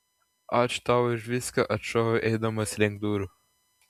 ačiū tau už viską atšoviau eidamas link durų